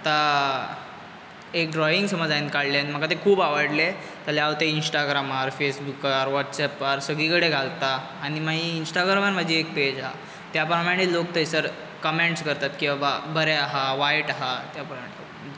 आतां एक ड्रॉइंग समज हांवे काडलें नू म्हाका तें खूब आवडलें जाल्यार हांव ते इंस्टाग्रमार फॅसबूकार व्हॉट्सएपार सगळी कडेन घालता आनी मागीर इंस्टाग्रामार म्हाजी एक पॅज आसा त्या प्रमाणे लोक थयसर कमेंट्स करता की बाबा बरें आसा वायट आसा